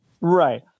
right